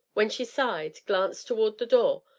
when she sighed, glanced toward the door,